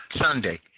Sunday